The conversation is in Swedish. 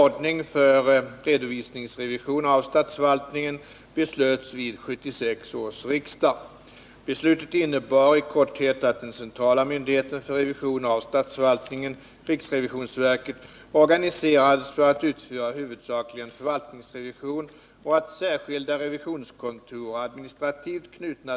Riksrevisionsverket fick genom riksdagens beslut ett tillsynsansvar för revisionskontoren.